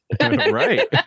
Right